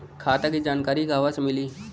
खाता के जानकारी कहवा से मिली?